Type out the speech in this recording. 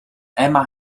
emma